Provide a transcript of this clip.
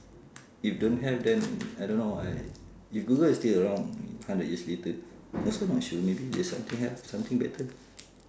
if don't have then I don't know how I if google is still around hundred years later also not sure maybe there's something else something better